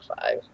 five